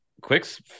Quick's